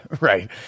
Right